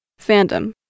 Fandom